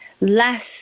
less